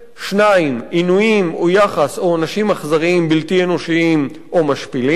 2. עינויים או עונשים אכזריים בלתי אנושיים ומשפילים,